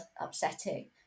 upsetting